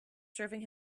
serving